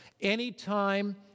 Anytime